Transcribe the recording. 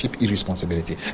irresponsibility